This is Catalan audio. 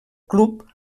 club